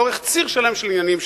לאורך ציר שלם של עניינים,